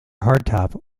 hardtop